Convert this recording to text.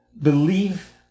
believe